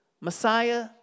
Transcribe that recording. Messiah